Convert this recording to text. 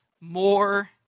more